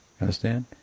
understand